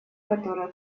которая